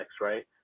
right